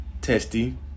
testy